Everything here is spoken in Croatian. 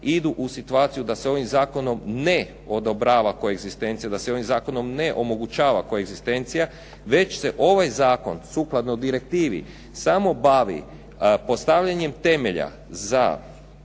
idu u situaciju da se ovim zakonom ne odobrava koegzistencija, da se ovim zakonom ne omogućava koegzistencija već se ovaj zakon sukladno direktivi samo bavi postavljanjem temelja za